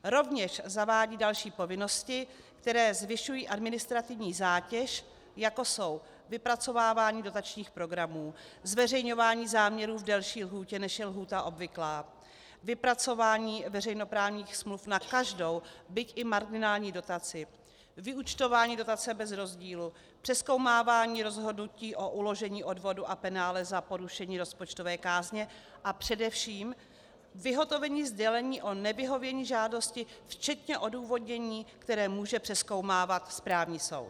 Rovněž zavádí další povinnosti, které zvyšují administrativní zátěž, jako jsou vypracovávání dotačních programů, zveřejňování záměrů v delší lhůtě, než je lhůta obvyklá, vypracování veřejnoprávních smluv na každou, byť i marginální dotaci, vyúčtování dotace bez rozdílu, přezkoumávání rozhodnutí o uložení odvodu a penále za porušení rozpočtové kázně a především vyhotovení sdělení o nevyhovění žádosti včetně odůvodnění, které může přezkoumávat správní soud.